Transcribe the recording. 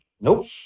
nope